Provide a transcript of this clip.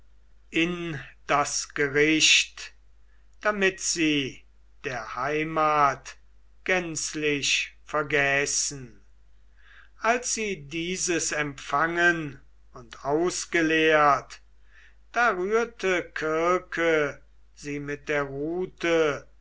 in das gericht damit sie der heimat gänzlich vergäßen als sie dieses empfangen und ausgeleeret da rührte kirke sie mit der rute